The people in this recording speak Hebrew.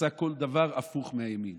עושים הפוך ממה שמאמינים